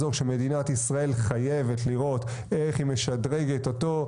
אזור שמדינת ישראל חייבת לראות איך היא משדרגת אותו.